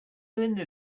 linda